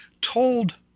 told